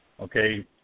okay